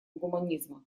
гуманизма